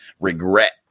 regret